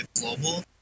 global